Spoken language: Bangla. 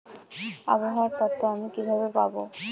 আবহাওয়ার তথ্য আমি কিভাবে পাবো?